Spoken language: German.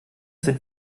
sind